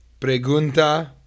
Pregunta